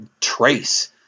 Trace